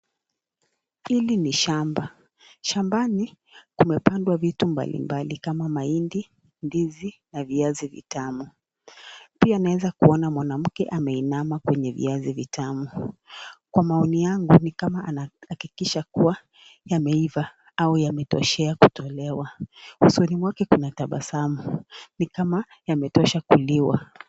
Hili ni shamba. Shambani kumepandwa vitu mbalimbali kama mahindi, ndizi na viazi vitamu. Pia naweza kuona mwanamke ameinama kwenye viazi vitamu. Kwa maoni yangu ni kama anahakikisha kuwa yameiva au yametoshea kutolewa. Usoni mwake kuna tabasamu. Ni kama yametosha kuliwa.